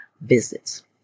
visits